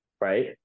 right